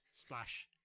Splash